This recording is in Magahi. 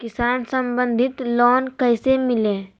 किसान संबंधित लोन कैसै लिये?